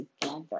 together